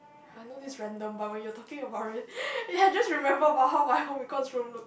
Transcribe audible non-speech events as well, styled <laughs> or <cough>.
I know this is random but when you are talking about it <laughs> I just remember about how my home econs room look